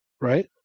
Right